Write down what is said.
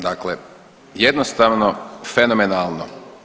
Dakle, jednostavno fenomenalno.